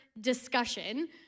discussion